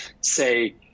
say